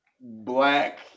black